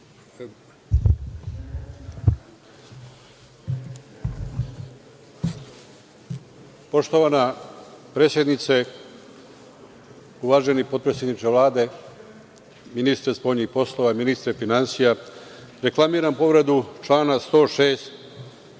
Poštovana predsednice, uvaženi potpredsedniče Vlade, ministre spoljnih poslova, ministre finansija, reklamiram povredu člana 106.